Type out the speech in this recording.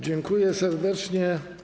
Dziękuję serdecznie.